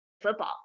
football